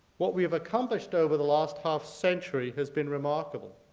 what we've accomplished over the last half century has been remarkable.